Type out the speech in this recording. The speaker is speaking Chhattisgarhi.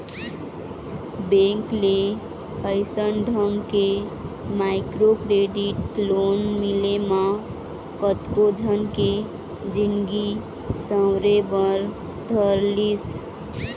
बेंक ले अइसन ढंग के माइक्रो क्रेडिट लोन मिले म कतको झन के जिनगी सँवरे बर धर लिस